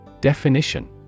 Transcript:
Definition